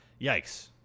Yikes